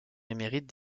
émérite